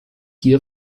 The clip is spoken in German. hier